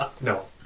No